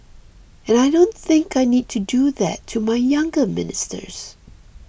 and I don't think I need to do that to my younger ministers